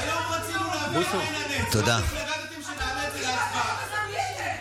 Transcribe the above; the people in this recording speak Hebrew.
בלי לגעת בכלום,